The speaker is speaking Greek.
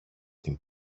την